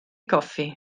goffi